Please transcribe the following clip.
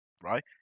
right